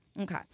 okay